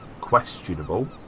Questionable